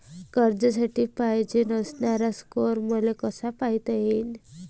कर्जासाठी पायजेन असणारा स्कोर मले कसा पायता येईन?